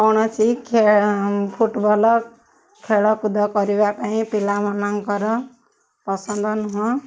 କୌଣସି ଫୁଟବଲ ଖେଳକୁଦ କରିବା ପାଇଁ ପିଲାମାନଙ୍କର ପସନ୍ଦ ନୁହଁ